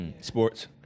Sports